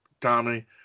Tommy